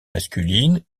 masculine